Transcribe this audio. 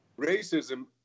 racism